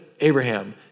Abraham